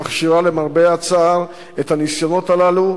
מכשירה למרבה הצער את הניסיונות הללו,